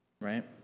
Right